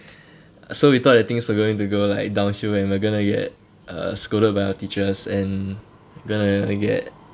so we thought that things were going to go like downhill and we're going to get uh scolded by our teachers and going to get